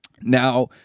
Now